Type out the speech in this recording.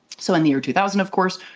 so in the year two thousand, of course,